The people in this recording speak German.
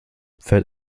fährt